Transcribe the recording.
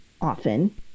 often